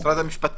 כן, משרד המשפטים.